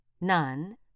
none